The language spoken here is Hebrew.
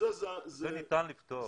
את זה ניתן לפתור.